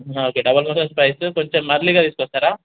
okay double masala spicy కొంచెం ఎర్లీగా తీసుకొస్తారా